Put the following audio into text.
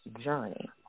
journey